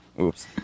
oops